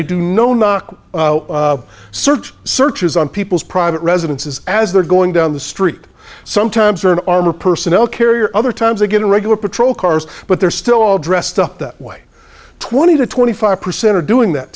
they do no not search searches on people's private residences as they're going down the street sometimes or an armored personnel carrier other times they get a regular patrol cars but they're still all dressed up that way twenty to twenty five percent are doing that